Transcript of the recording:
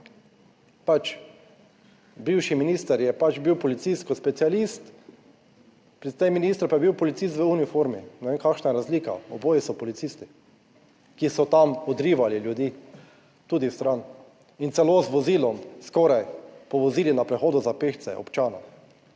Pač bivši minister je pač bil policist kot specialist, pri tem ministru pa je bil policist v uniformi. Ne vem kakšna je razlika, oboji so policisti, ki so tam odrivali ljudi tudi stran in celo z vozilom skoraj po vozili na prehodu za pešce občanov.